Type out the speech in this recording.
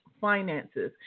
finances